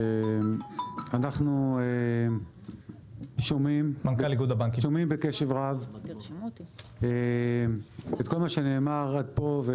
אנחנו שומעים בקשב רב את כל מה שנאמר פה,